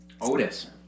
Otis